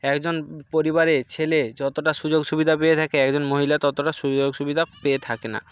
একজন পরিবারে ছেলে যতটা সুযোগ সুবিধা পেয়ে থাকে একজন মহিলা ততটা সুযোগ সুবিধা পেয়ে থাকে না